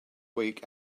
week